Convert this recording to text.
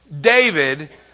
David